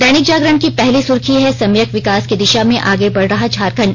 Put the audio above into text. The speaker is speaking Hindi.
दैनिक जागरण की पहली सुर्खी है सम्यक विकास की दिशा में आगे बढ़ रहा झारखंड